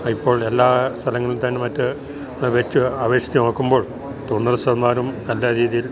ഇപ്പോൾ എല്ലാ സ്ഥലങ്ങൾത്തേന് മറ്റ് അപേക്ഷിച്ച് അപേക്ഷിച്ച് നോക്കുമ്പോൾ തൊണ്ണൂർ ശതമാനോം നല്ല രീതീൽ